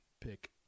pick